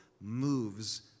moves